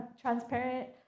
transparent